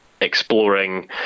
exploring